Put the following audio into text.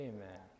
Amen